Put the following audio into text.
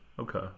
Okay